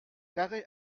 carré